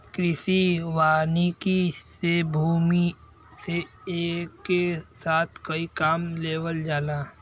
कृषि वानिकी से भूमि से एके साथ कई काम लेवल जाला